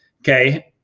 Okay